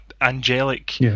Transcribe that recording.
angelic